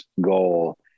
goal